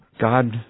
God